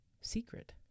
secret